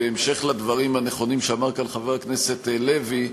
בהמשך לדברים הנכונים שאמר פה חבר הכנסת לוי,